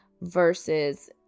versus